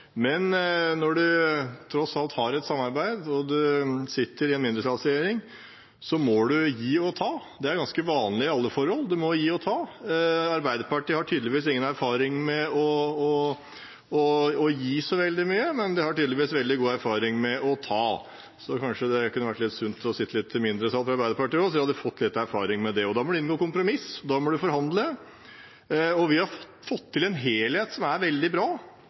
men når en tross alt har et samarbeid og en sitter i en mindretallsregjering, må en gi og ta. Det er ganske vanlig i alle forhold – en må gi og ta. Arbeiderpartiet har tydeligvis ingen erfaring med å gi så veldig mye, men de har tydeligvis veldig god erfaring med å ta, så kanskje det kunne vært litt sunt for Arbeiderpartiet å sitte litt i en mindretallsregjering, slik at de hadde fått litt erfaring med det. Da må en inngå kompromisser, da må en må forhandle, og vi har fått til en helhet som er veldig bra,